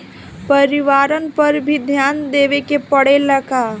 परिवारन पर भी ध्यान देवे के परेला का?